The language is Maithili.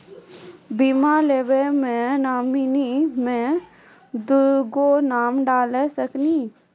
बीमा लेवे मे नॉमिनी मे दुगो नाम डाल सकनी?